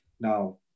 Now